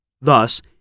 Thus